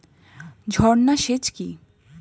ঝর্না সেচ কি?